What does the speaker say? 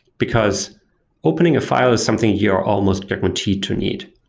because opening a file is something you're almost guaranteed to need.